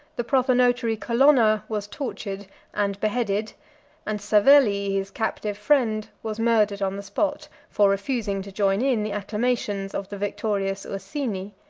the prothonotary colonna was tortured and beheaded and savelli, his captive friend, was murdered on the spot, for refusing to join in the acclamations of the victorious ursini.